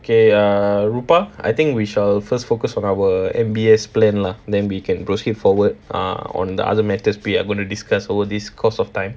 K err rupah I think we shall first focus on our M_B_S plan lah then we can proceed forward uh on the other matters we are gonna discuss over this course of time